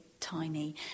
tiny